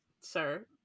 sir